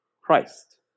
Christ